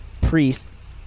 priests